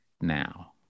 now